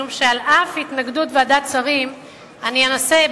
משום שעל אף התנגדות ועדת השרים אני אנסה,